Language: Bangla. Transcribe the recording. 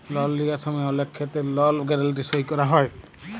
লল লিঁয়ার সময় অলেক খেত্তেরে লল গ্যারেলটি সই ক্যরা হয়